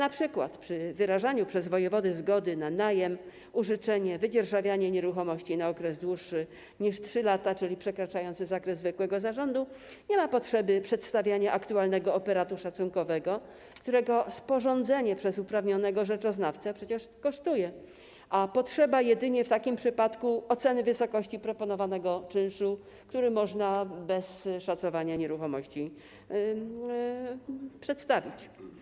Np. przy wyrażaniu przez wojewodę zgody na najem, użyczenie, wydzierżawienie nieruchomości na okres dłuższy niż 3 lata, czyli przekraczający zakres zwykłego zarządu, nie ma potrzeby przedstawiania aktualnego operatu szacunkowego, którego sporządzenie przez uprawnionego rzeczoznawcę przecież kosztuje, a potrzeba jedynie w takim przypadku oceny wysokości proponowanego czynszu, którą można bez szacowania nieruchomości przedstawić.